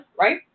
right